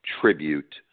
tribute